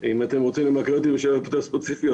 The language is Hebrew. אם אתם רוצים להעלות שאלות יותר ספציפיות,